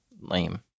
lame